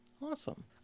Awesome